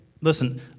listen